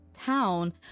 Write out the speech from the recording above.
town